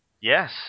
Yes